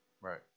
Right